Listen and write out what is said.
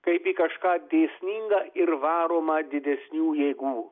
kaip į kažką dėsningą ir varomą didesnių jėgų